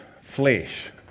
flesh